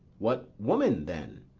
what woman then?